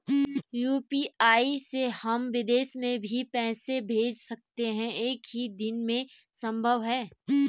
UPI से हम विदेश में भी पैसे भेज सकते हैं एक ही दिन में संभव है?